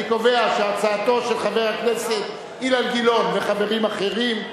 אני קובע שהצעתו של חבר הכנסת אילן גילאון וחברים אחרים,